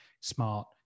smart